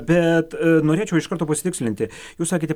bet norėčiau iš karto pasitikslinti jūs sakėte